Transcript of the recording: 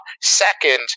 second